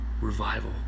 revival